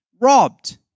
robbed